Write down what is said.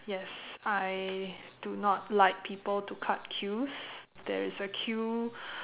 yes I do not like people to cut queues there is a queue